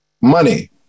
money